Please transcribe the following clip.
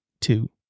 two